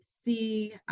see